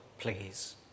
please